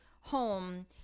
home